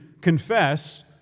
confess